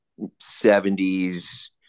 70s